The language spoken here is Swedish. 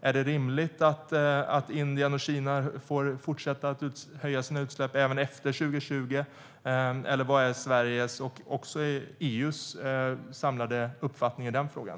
Är det rimligt att Indien och Kina får fortsätta att höja sina utsläpp även efter 2020? Vilken är Sveriges uppfattning och EU:s samlade uppfattning i den frågan?